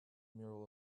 mural